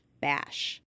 bash